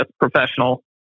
professional